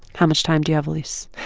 how much time do you have, elise?